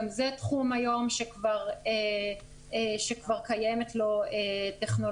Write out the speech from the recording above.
גם זה תחום היום שכבר קיימת לו טכנולוגיה,